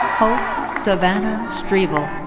hope savannah strevel.